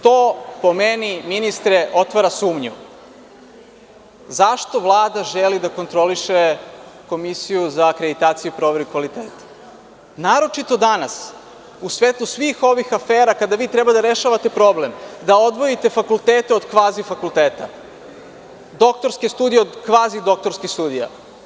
To po meni ministre otvara sumnju zašto Vlada želi da kontroliše Komisiju za akreditaciju i proveru kvaliteta, naročito danas u svetu svih ovih afera kada vi treba da rešavate problem, da odvojite fakultete od kvazifakulteta, doktorske studije od kvazidoktorskih studija.